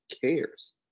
cares